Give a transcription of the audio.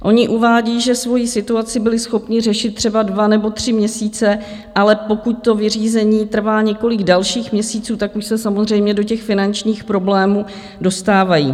Oni uvádí, že svoji situaci byli schopni řešit třeba dva nebo tři měsíce, ale pokud to vyřízení trvá několik dalších měsíců, tak už se samozřejmě do těch finančních problémů dostávají.